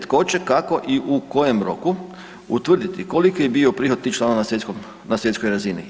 Tko će, kako i u kojem roku utvrditi koliki je bio prihod tih članova na svjetskoj razini?